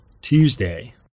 Tuesday